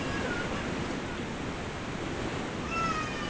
ᱱᱤᱡᱮᱨ ᱦᱚᱲᱢᱚ ᱥᱤᱯᱴᱤ ᱞᱟᱹᱜᱤᱫ ᱛᱮ ᱱᱤᱭᱟᱹ ᱠᱚᱫᱚ